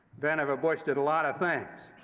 vannevar bush did a lot of things.